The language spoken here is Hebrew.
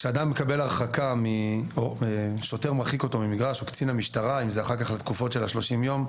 כששוטר מרחיק אדם ממגרש או קצין משטרה אחר כך לתקופות של 30 יום,